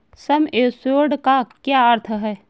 सम assured का क्या अर्थ है?